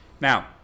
Now